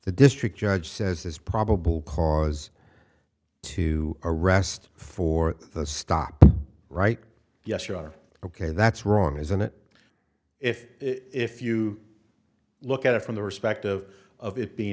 the district judge says there's probable cause to arrest for the stop right yes you are ok that's wrong isn't it if if you look at it from the respective of it being